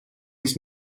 his